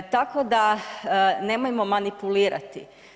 Tako da nemojmo manipulirati.